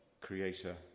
creator